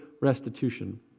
restitution